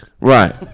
Right